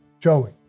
Joey